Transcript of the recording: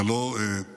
זה לא תרגיל,